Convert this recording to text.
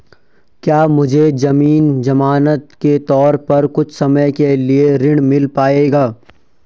क्या मुझे ज़मीन ज़मानत के तौर पर कुछ समय के लिए ऋण मिल पाएगा?